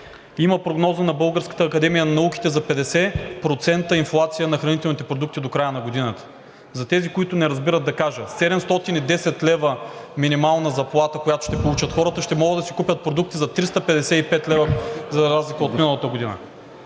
Има прогноза на Българската академия на науките за 50% инфлация на хранителните продукти до края на годината. За тези, които не разбират, да кажа – 710 лв. минимална заплата, която ще получат хората, ще могат да си купят продукти за 355 лв., за разлика от миналата година.